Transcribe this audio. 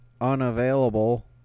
unavailable